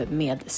med